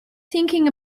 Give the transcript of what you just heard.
thinking